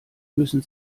müssen